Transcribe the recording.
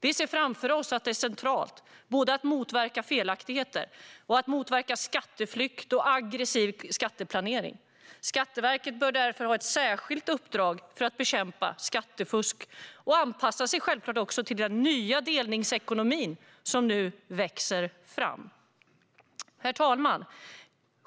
Vi anser att det är centralt att både motverka felaktigheter och motverka skatteflykt och aggressiv skatteplanering. Skatteverket bör därför ha ett särskilt uppdrag att bekämpa skattefusk och självklart också anpassa sig till den nya delningsekonomi som nu växer fram. Herr talman!